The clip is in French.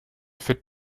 faites